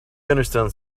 understands